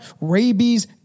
rabies